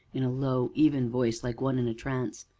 in a low, even voice, like one in a trance,